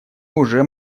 уже